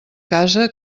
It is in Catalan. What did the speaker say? casa